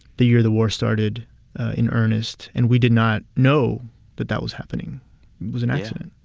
the year the war started in earnest. and we did not know that that was happening was an accident.